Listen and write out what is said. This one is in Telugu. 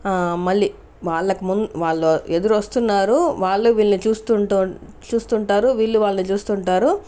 మళ్ళీ వాళ్లకి ముం వాళ్ళు ఎదురొస్తున్నారు వాళ్ళు వీళ్ళని చూస్తూ చూస్తుంటారు వీళ్ళు వాళ్లని చూస్తుంటారు